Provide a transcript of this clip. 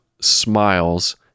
smiles